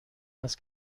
است